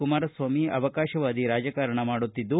ಕುಮಾರಸ್ವಾಮಿ ಅವಕಾಶವಾದಿ ರಾಜಕಾರಣ ಮಾಡುತ್ತಿದ್ದು